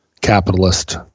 capitalist